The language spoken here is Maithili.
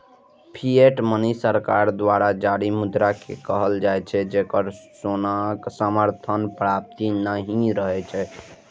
फिएट मनी सरकार द्वारा जारी मुद्रा कें कहल जाइ छै, जेकरा सोनाक समर्थन प्राप्त नहि रहै छै